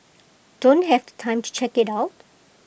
don't have the time to check IT out